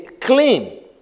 clean